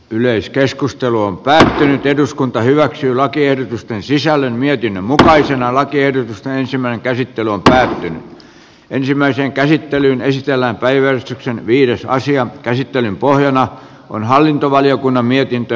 yleiskeskustelu on päättynyt eduskunta hyväksyy lakiehdotusten sisällön mietinnön mukaisena lakiehdotusta ensimmäinen käsittely on tähän ensimmäiseen käsittelyyn esitellään päivä viides aasian käsittelyn pohjana on hallintovaliokunnan mietintö